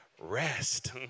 Rest